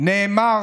נאמר